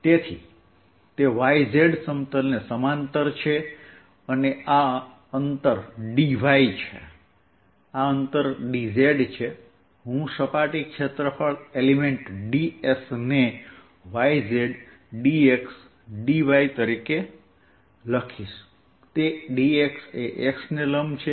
તેથી તે yz સમતલને સમાંતર છે અને આ અંતર dy છે આ અંતર dz છે હું સપાટી ક્ષેત્રફળ એલિમેન્ટ ds ને dy dz x તરીકે લખીશ dx એ x ને લંબ છે